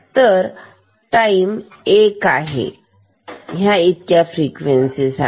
तर टाईम एक आहे एवढा फ्रिक्वेन्सी साठी